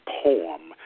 poem